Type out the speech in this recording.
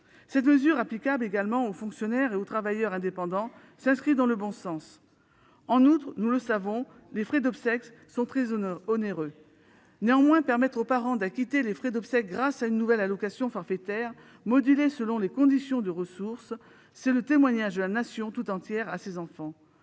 Cette mesure, applicable également aux fonctionnaires et aux travailleurs indépendants, s'inscrit dans le bon sens. Nous le savons, les frais d'obsèques sont très onéreux. Permettre aux parents d'acquitter les frais d'obsèques grâce à une nouvelle allocation forfaitaire, modulée selon les conditions de ressources, c'est le témoignage de la Nation tout entière à ses enfants.